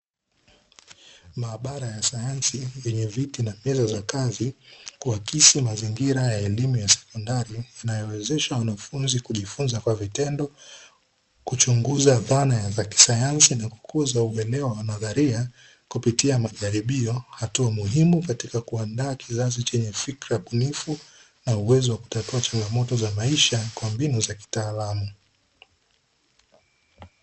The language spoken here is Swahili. Maabara ya sayansi vyenye viti na meza za kazi, kuakisi mazingira ya elimu ya sekondari, inayowezesha wanafunzi kujifunza kwa vitendo, kuchunguza dhana za kisayansi na kukuza uwelewa nadharia kupitia majaribio, hatua muhimu katika kuandaa kizazi chenye fikra bunifu na uwezo wa kutatua changamoto za maisha kwa mbinu za kitaalamu.